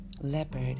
Leopard